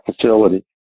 facility